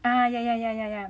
ah ya ya ya ya ya ya